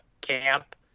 camp